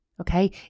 okay